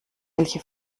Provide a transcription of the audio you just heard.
welche